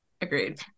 Agreed